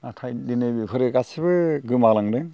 नाथाय दिनै बेफोरो गासैबो गोमालांदों